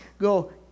go